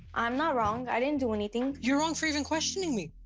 i'm not wrong, i didn't do anything. you're wrong for even questioning me!